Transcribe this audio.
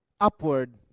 upward